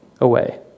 away